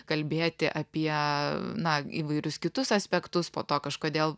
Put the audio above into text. kalbėti apie na įvairius kitus aspektus po to kažkodėl